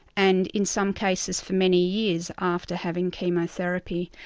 and in some cases for many years after having chemotherapy.